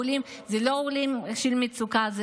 אלו לא עולים של מצוקה,